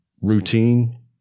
routine